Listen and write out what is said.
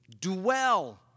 Dwell